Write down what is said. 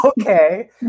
okay